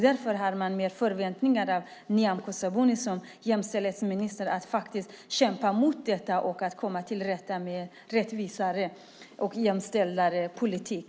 Därför har man mer förväntningar på Nyamko Sabuni som jämställdhetsminister när det handlar om att faktiskt kämpa mot detta och att åstadkomma en mer rättvis och jämställd politik.